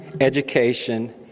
education